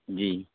جی